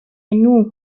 نوح